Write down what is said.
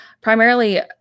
primarily